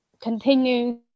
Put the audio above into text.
continues